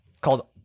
called